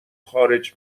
خارج